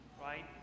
right